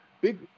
big